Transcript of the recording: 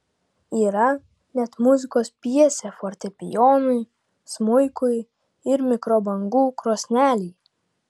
yra net muzikos pjesė fortepijonui smuikui ir mikrobangų krosnelei